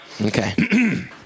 okay